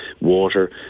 water